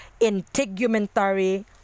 integumentary